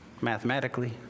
mathematically